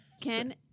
Ken